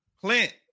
Clint